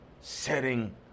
setting